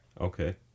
Okay